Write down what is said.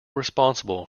responsible